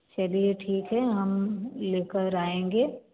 चलिए ठीक है हम लेकर आएँगे